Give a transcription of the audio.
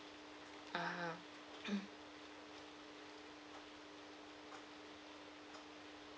(uh huh)